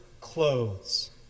clothes